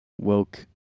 woke